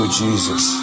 jesus